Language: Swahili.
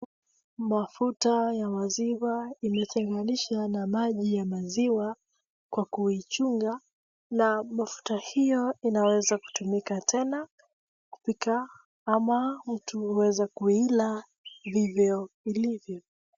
Mafuta ya maziwa iliyotenganishwa na maji ya maziwa kwa kuichunga na mafuta hiyo inaweza kutumika tena kupika ama mtu huweza kuila ilivyo.